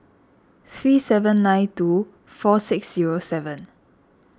three seven nine two four six zero seven